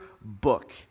book